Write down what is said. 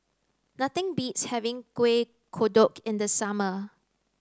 nothing beats having Kueh Kodok in the summer